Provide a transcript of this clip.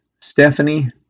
Stephanie